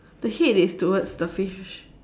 the head is towards the fish